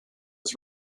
was